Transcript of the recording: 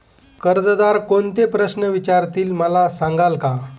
कर्जदार कोणते प्रश्न विचारतील, मला सांगाल का?